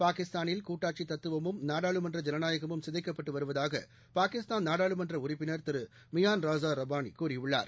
பாகிஸ்தானில் கூட்டாட்சிதத்துவமும் நாடாளுமன்ற ஐனநாயகமும் சிதைக்கப்பட்டுவருவதாகபாகிஸ்தான் நாடாளுமன்றஉறுப்பினர் திருமியான் ராஸாரப்பானிகூறியுள்ளார்